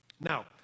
Now